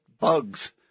bugs